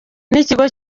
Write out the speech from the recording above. n’ikigo